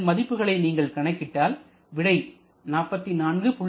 இதன் மதிப்புகளை நீங்கள் கணக்கிட்டால் விடை 44